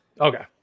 Okay